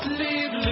leave